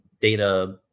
data